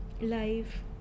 life